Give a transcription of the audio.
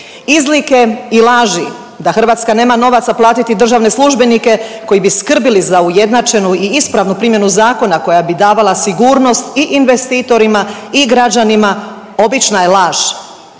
Izlike i laži da Hrvatska nema novaca platiti državne službenike koji bi skrbili za ujednačenu i ispravnu primjenu zakona koja bi davala sigurnost i investitorima i građanima obična je laž.